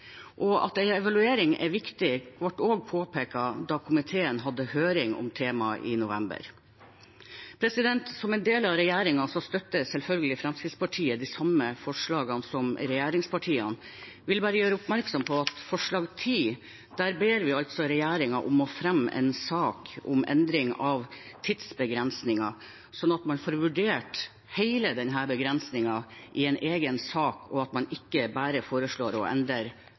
At en evaluering er viktig, ble også påpekt da komiteen hadde høring om temaet i november. Som en del av regjeringen støtter selvfølgelig Fremskrittspartiet de samme forslagene som regjeringspartiene. Jeg vil bare gjøre oppmerksom på at i forslag nr. 10 ber vi regjeringen om å fremme en sak om endring av tidsbegrensningen, slik at man får vurdert hele begrensningen i en egen sak og ikke bare foreslår i en debatt å endre